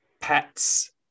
pets